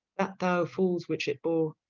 that thou falls which it bore,